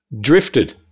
drifted